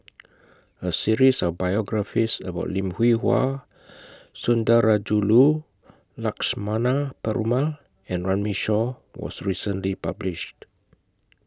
A series of biographies about Lim Hwee Hua Sundarajulu Lakshmana Perumal and Runme Shaw was recently published